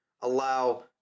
allow